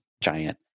giant